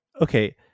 Okay